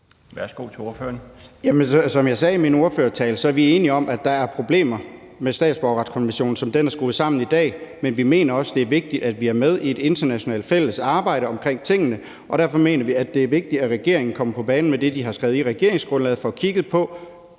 Bøgsted (DD): Jamen som jeg sagde i min ordførertale, er vi enige om, at der er problemer med statsborgerretskonventionen, som den er skruet sammen i dag, men vi mener også, det er vigtigt, at vi er med i et internationalt fælles arbejde omkring tingene. Derfor mener vi, det er vigtigt, at regeringen kommer på banen med det, de har skrevet i regeringsgrundlaget, og får kigget på: